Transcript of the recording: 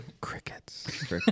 Crickets